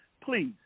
Please